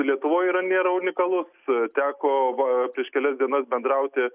lietuvoj yra nėra unikalus teko va prieš kelias dienas bendrauti